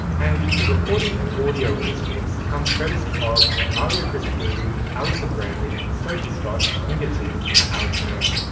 and the reporting and audio in this piece comes courtesy of mario christodoulou, alison branley, sophie scott, inga ting and alex mann.